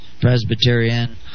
Presbyterian